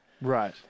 right